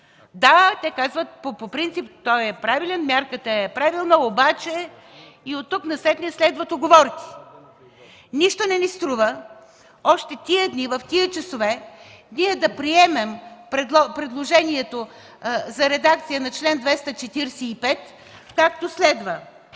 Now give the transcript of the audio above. Да, те казват, че по принцип мярката е правилна, обаче... И оттук насетне следват уговорки. Нищо не ни струва още тези дни, в тия часове ние да приемем предложението за редакция на чл. 245, както следва: